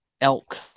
elk